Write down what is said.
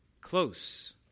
close